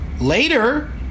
Later